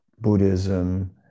Buddhism